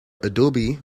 adobe